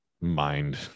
mind